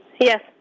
Yes